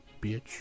bitch